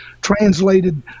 translated